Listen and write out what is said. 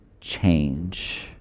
change